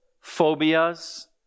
phobias